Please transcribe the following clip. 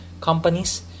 companies